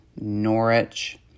Norwich